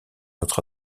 notre